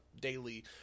daily